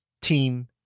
team